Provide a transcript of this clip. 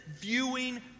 viewing